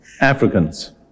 Africans